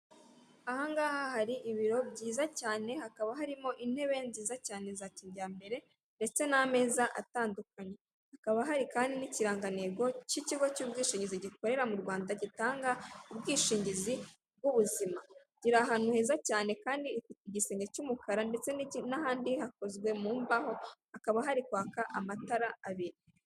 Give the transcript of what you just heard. Aha ngaha hari ibiro byiza cyane hakaba harimo intebe nziza cyane za kijyambere ndetse n'ameza atandukanye hakaba hari kandi n'ikirangantego cy'ikigo cy'ubwishingizi gikorera mu Rwanda gitanga ubwishingizi bw'ubuzima. Kiri ahantu heza cyane kandi gifite igisenge cy'umukara ndetse n'ahandi hakozwe mu mbaho hakaba hari kwaka amatara abiri.